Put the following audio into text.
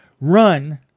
run